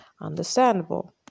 Understandable